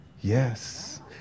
Yes